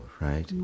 right